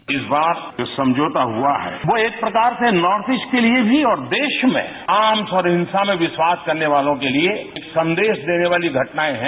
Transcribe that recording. bite इस बार जो समझौता हुआ है वो एक प्रकार से नॉर्थ ईस्ट के लिए भी और देश में अहिंसा में विश्वास करने वालों के लिए एक संदेश देने वाली घटनाएं हैं